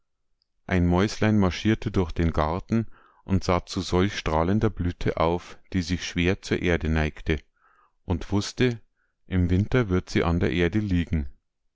ein mäuslein marschierte durch den garten und sah zu solch strahlender blüte auf die sich schwer zur erde neigte und wußte im winter wird sie an der erde liegen